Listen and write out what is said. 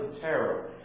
terror